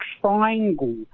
triangle